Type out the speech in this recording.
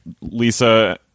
Lisa